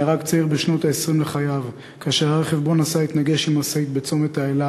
נהרג צעיר בשנות ה-20 לחייו כאשר הרכב שבו נסע התנגש במשאית בצומת-האלה,